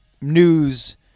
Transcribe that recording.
news